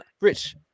Rich